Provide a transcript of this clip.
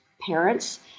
parents